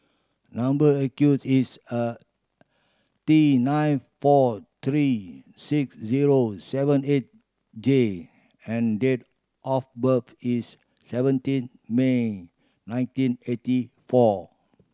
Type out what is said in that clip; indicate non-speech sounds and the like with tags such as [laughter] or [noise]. number [unintelligible] is a T nine four three six zero seven eight J and date of birth is seventeen May nineteen eighty four